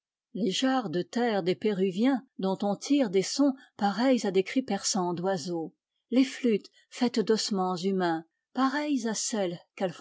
les jarres de terre des péruviens dont on tire des sons pareils à des cris perçants d'oiseaux les flûtes faites d'ossements humains pareilles à